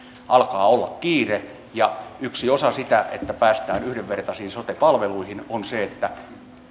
alkaa olla kiire ja yksi osa sitä että päästään yhdenvertaisiin sote palveluihin on se että